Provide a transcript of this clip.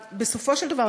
בסופו של דבר,